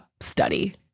study